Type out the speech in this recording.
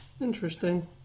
Interesting